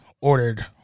ordered